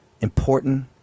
important